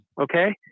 okay